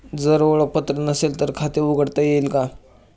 जर ओळखपत्र नसेल तर खाते उघडता येईल का?